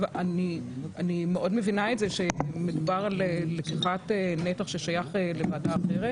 אני מאוד מבינה את זה שמדובר על לקיחת נתח ששייך לוועדה אחרת,